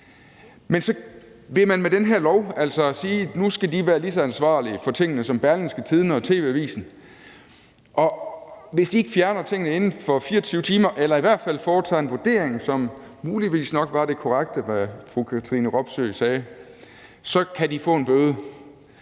Men så vil man med det her lovforslag sige, at de skal være lige så ansvarlige for tingene som Berlingske og tv-avisen, og hvis de ikke fjerner tingene inden for 24 timer eller i hvert fald foretager en vurdering – det er muligvis det korrekte, sådan som fru Katrine Robsøe sagde – kan de få en bøde.